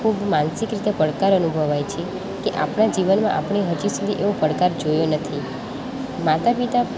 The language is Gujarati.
ખૂબ માનસિક રીતે પડકાર અનુભવાય છે કે આપણા જીવનમાં હજુ સુધી એવો પડકાર જોયો નથી માતા પિતા